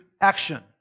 action